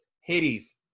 Hades